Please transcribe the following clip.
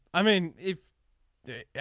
i mean if they. yeah.